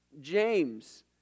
James